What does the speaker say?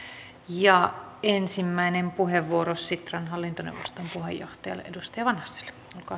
ensimmäinen puheenvuoro sitran hallintoneuvoston puheenjohtajalle edustaja vanhaselle